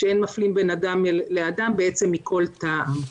שאין מפלים בין אדם לאדם מכל טעם.